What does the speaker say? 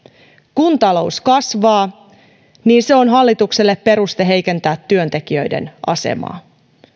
kun talous kasvaa niin se on hallitukselle peruste heikentää työntekijöiden asemaa